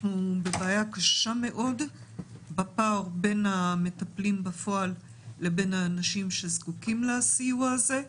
יש פער בין המטפלים בפועל לבין האנשים שזקוקים לסיוע הזה.